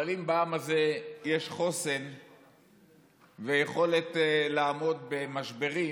אבל אם בעם הזה יש חוסן ויכולת לעמוד במשברים,